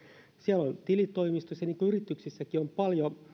siellä tilitoimistossa niin kuin yrityksissäkin on paljon